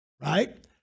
Right